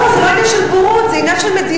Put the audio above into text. לא, זה לא עניין של בורות, זה עניין של מדיניות.